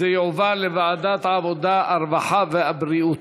זה יועבר לוועדת העבודה, הרווחה והבריאות.